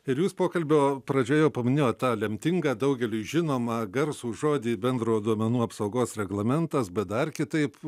ir jūs pokalbio pradžioje paminėjote tą lemtingą daugeliui žinomą garsų žodį bendrojo duomenų apsaugos reglamentas bet dar kitaip